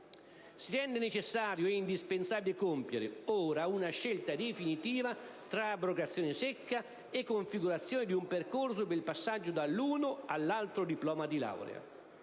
Si rende necessario e indispensabile compiere ora una scelta definitiva tra abrogazione secca e configurazione di un percorso per il passaggio dall'uno all'altro diploma di laurea.